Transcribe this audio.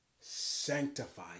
Sanctify